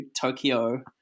Tokyo